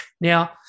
Now